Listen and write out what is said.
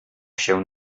się